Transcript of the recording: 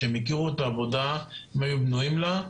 הם הכירו את העבודה והם היו בנויים לה,